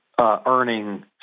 earning